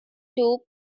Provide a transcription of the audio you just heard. loop